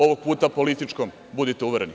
Ovog puta političkom, budite uvereni.